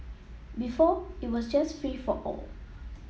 before it was just free for all